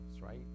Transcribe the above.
right